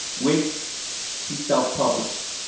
which she self published.